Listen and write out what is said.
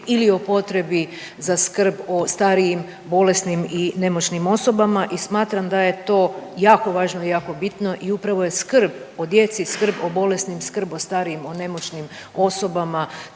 ili o potrebi za skrb o starijim, bolesnim i nemoćnim osobama i smatram da je to jako važno i jako bitno i upravo je skrb o djeci, skrb o bolesnim, skrb o starijim, o nemoćnim osobama